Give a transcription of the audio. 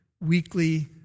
weekly